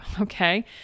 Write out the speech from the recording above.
Okay